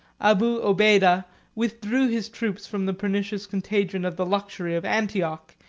abu obeidah withdrew his troops from the pernicious contagion of the luxury of antioch,